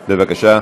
בבקשה.